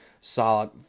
solid